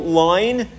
line